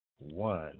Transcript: one